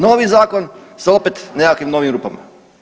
Novi zakon sa opet nekakvim novim rupama?